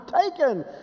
taken